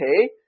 okay